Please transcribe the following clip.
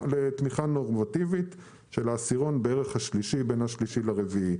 נורמטיבית של העשירון בין השלישי לרביעי.